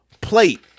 plate